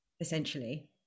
essentially